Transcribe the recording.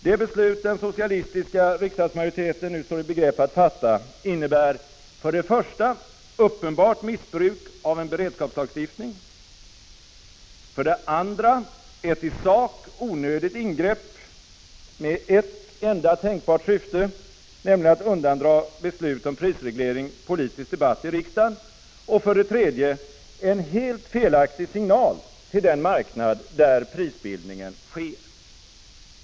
Det beslut som den socialistiska riksdagsmajoriteten nu står i begrepp att fatta innebär för det första uppenbart missbruk av en beredskapslagstiftning, för det andra ett i sak onödigt ingrepp med ett enda tänkbart syfte, nämligen att undandra beslut om prisreglering politisk debatt i riksdagen, och för det tredje en helt felaktig signal till den marknad där prisbildningen sker.